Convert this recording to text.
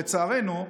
לצערנו,